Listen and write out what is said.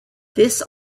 this